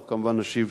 אנחנו כמובן נשיב